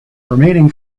remaining